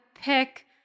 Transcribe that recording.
pick